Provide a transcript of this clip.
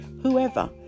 whoever